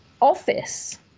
office